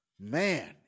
Man